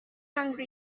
angry